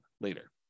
later